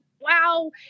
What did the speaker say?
wow